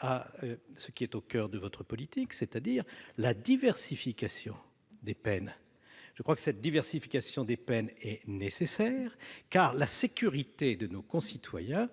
à ce qui est au coeur de votre politique, à savoir la diversification des peines. Celle-ci est nécessaire, car la sécurité de nos concitoyens